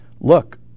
look